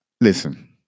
Listen